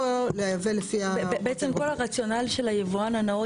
לייבא לפי --- בעצם כל הרציונל של היבואן הנאות,